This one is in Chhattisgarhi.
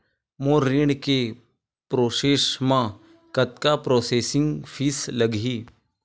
मोर ऋण के प्रोसेस म कतका प्रोसेसिंग फीस लगही?